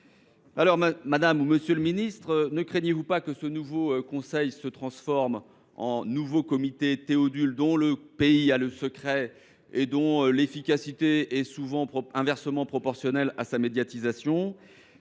des qualités. Monsieur le ministre, ne craignez vous pas que ce nouveau conseil ne se transforme en l’un de ces comités Théodule dont notre pays a le secret et dont l’efficacité est souvent inversement proportionnelle à la médiatisation ?